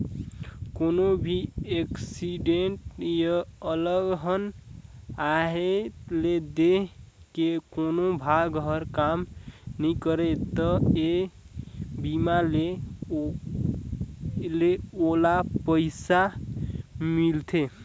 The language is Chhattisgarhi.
कोनो भी एक्सीडेंट य अलहन आये ले देंह के कोनो भाग हर काम नइ करे त ए बीमा ले ओला पइसा मिलथे